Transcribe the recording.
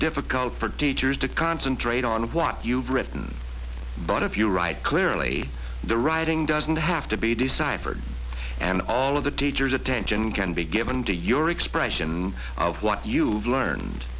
difficult for teachers to concentrate on what you've written but if you write clearly the writing doesn't have to be deciphered and all of the teacher's attention can be given to your expression of what you've learned